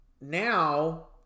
now